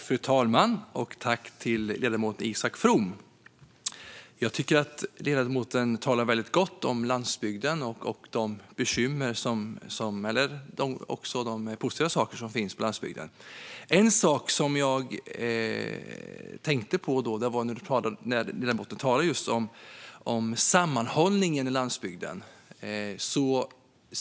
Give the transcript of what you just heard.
Fru talman! Tack till ledamoten Isak From, som jag tycker talar väldigt gott om landsbygden, om de bekymmer och även om de positiva saker som finns på landsbygden! Jag tänkte på en sak när ledamoten talade om sammanhållningen i landsbygden.